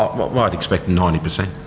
um um i'd expect ninety percent.